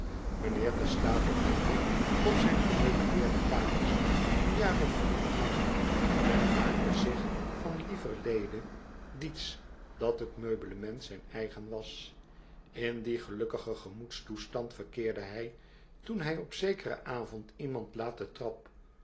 woonde op zijn gemeubeleerde kamers een jaar of vier of langer en maakte zich van lieverlede diets dat t meublement zijn eigen was in dien gelukkigen gemoedstoestand verkeerde hij toen hij op zekeren avond iemand laat de trap